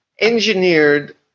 engineered